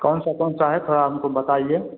कौन सा कौन सा है थोड़ा हमको बताइए